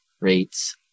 rates